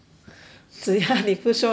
只要你不说你在哪里